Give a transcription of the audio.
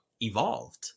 evolved